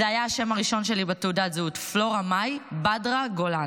זה היה השם הראשון שלי בתעודת הזהות: פלורה מאי בדרה גולן,